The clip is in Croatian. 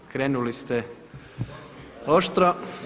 Krenuli ste oštro.